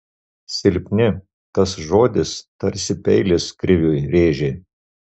silpni tas žodis tarsi peilis kriviui rėžė